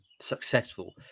successful